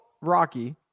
Rocky